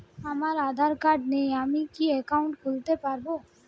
আমার আধার কার্ড নেই আমি কি একাউন্ট খুলতে পারব?